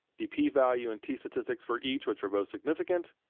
the p-value, and t-statistics for each, which are both significant,